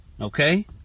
Okay